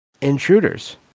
intruders